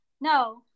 No